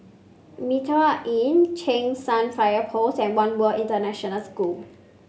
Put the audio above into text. Mitraa Inn Cheng San Fire Post and One World International School